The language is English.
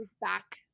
back